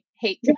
hate